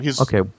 Okay